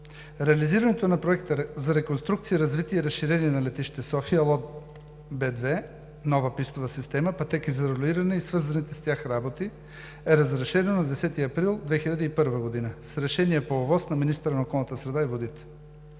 Реализирането на проекта „Реконструкция, развитие и разширение на летище София – лот В2. Нова пистова система, пътеки за рулиране и свързаните с тях работи“, е разрешено на 10 април 2001 г. с Решение по ОВОС на министъра на околната среда и водите.